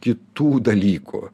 kitų dalykų